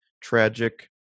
tragic